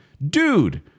dude